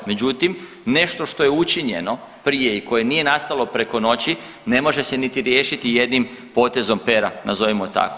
Međutim, nešto što je učinjeno prije i koje nije nastalo preko noći ne može se niti riješiti jednim potezom pera, nazovimo tako.